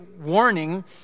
warning